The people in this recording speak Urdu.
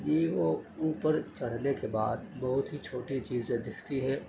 یہ وہ اوپر چڑھنے کے بعد بہت ہی چھوٹی چیزیں دکھتی ہیں